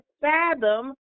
fathom